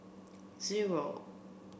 zero